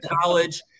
college